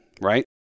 right